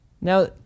Now